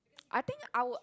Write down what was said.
I think I would